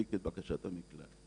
תצדיק את בקשת המקלט.